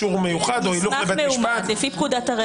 מסמך מאומת לפי פקודה הראיות.